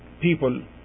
people